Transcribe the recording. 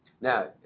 Now